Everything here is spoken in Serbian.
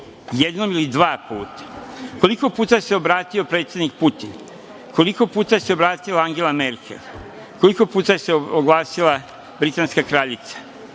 Jednom ili dva puta? Koliko puta se obratio predsednik Putin? Koliko puta se obratila Angela Merkel? Koliko puta se oglasila britanska kraljica?